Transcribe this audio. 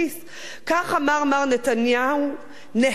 כך אמר מר נתניהו, נהנתניהו,